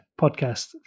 Podcast